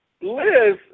Liz